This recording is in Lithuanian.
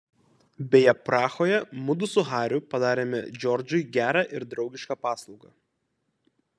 beje prahoje mudu su hariu padarėme džordžui gerą ir draugišką paslaugą